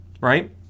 right